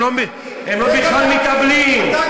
הם בכלל לא מתאבלים, זה גזעני.